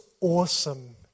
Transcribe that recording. awesome